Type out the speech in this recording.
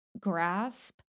grasp